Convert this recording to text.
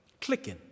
clicking